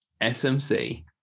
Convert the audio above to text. SMC